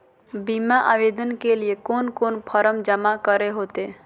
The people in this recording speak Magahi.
बीमा आवेदन के लिए कोन कोन फॉर्म जमा करें होते